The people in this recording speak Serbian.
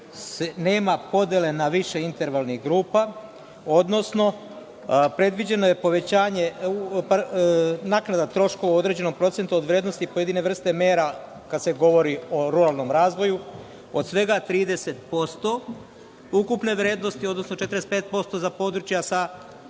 nema podele na više intervalnih grupa, odnosno predviđena je naknada troškova u određenom procentu od vrednosti pojedine vrste mera, kada se govori o ruralnom razvoju, od svega 30% ukupne vrednosti, odnosno 45% područja sa otežanim